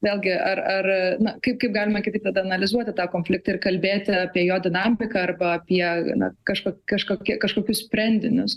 vėlgi ar ar na kaip kaip galima kitaip tada analizuoti tą konfliktą ir kalbėti apie jo dinamiką arba apie na kažk kažkokia kažkokius sprendinius